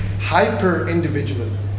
hyper-individualism